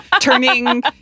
turning